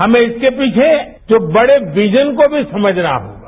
हमें इसके पीछे जो बड़ेपीजन को भी समझना होगा